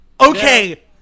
Okay